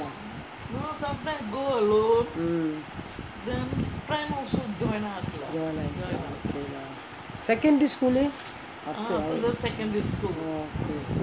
mm join us lah secondary school uh oh okay okay